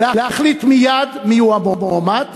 להחליט מייד מי הוא המועמד,